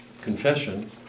confession